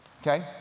Okay